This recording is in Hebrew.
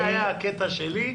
זה היה הקטע שלי.